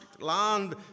land